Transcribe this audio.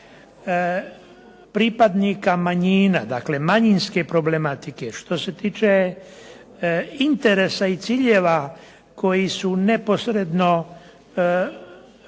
pripadnika manjina, dakle manjinske problematike, što se tiče interesa i ciljeva koji su neposredno